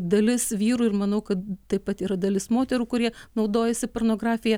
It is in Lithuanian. dalis vyrų ir manau kad taip pat yra dalis moterų kurie naudojasi pornografija